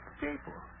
people